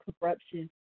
corruption